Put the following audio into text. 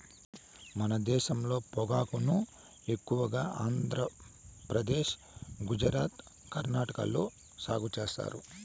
మన దేశంలో పొగాకును ఎక్కువగా ఆంధ్రప్రదేశ్, గుజరాత్, కర్ణాటక లో సాగు చేత్తారు